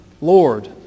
Lord